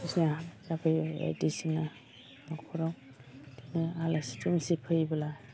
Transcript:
जोंहा दा बे बायदिसिना न'खराव बिदिनो आलासि दुमसि फैयोब्ला